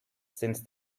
since